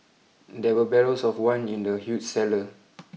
there were barrels of wine in the huge cellar